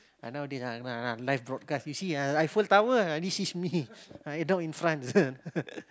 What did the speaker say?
uh nowadays ah live broadcast you see ah Eiffel-Tower ah this is me in front